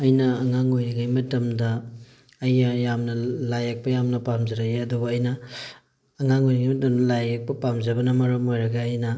ꯑꯩꯅ ꯑꯉꯥꯡ ꯑꯣꯏꯔꯤꯉꯩ ꯃꯇꯝꯗ ꯑꯩ ꯌꯥꯝꯅ ꯂꯥꯏ ꯌꯦꯛꯄ ꯌꯥꯝꯅ ꯄꯥꯝꯖꯔꯛꯏ ꯑꯗꯨꯕꯨ ꯑꯩꯅ ꯑꯉꯥꯡ ꯑꯣꯏꯔꯤꯉꯩ ꯃꯇꯝꯗ ꯂꯥꯏ ꯌꯦꯛꯄ ꯄꯥꯝꯖꯕꯅ ꯃꯔꯝ ꯑꯣꯏꯔꯒ ꯑꯩꯅ